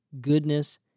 goodness